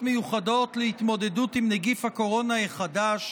מיוחדות להתמודדות עם נגיף הקורונה החדש